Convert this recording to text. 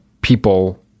people